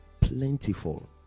plentiful